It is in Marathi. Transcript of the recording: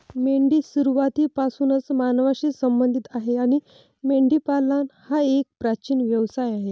मेंढी सुरुवातीपासूनच मानवांशी संबंधित आहे आणि मेंढीपालन हा एक प्राचीन व्यवसाय आहे